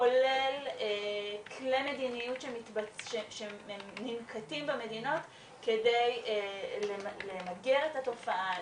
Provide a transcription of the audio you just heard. כולל כלי מדיניות שננקטים במדינות כדי למגר את התופעה,